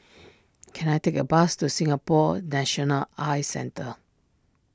can I take a bus to Singapore National Eye Centre